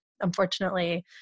unfortunately